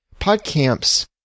PodCamps